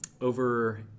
over